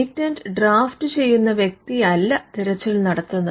patent draft ചെയ്യുന്ന വ്യക്തിയല്ല തിരച്ചിൽ നടത്തുന്നത്